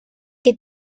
que